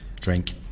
drink